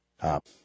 up